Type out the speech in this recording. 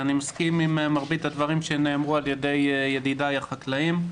אני מסכים עם מרבית הדברים שנאמרו על ידי ידידיי החקלאים.